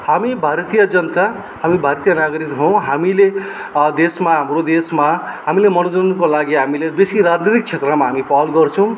हामी भारतीय जनता हामी भारतीय नागरिक हौँ हामीले देशमा हाम्रो देशमा हामीले मनोरन्जनको लागि हामीले बेसी राजनीतिक क्षेत्रमा हामी पहल गर्छौँ